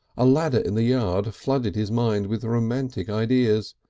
a ladder in the yard flooded his mind with romantic ideas.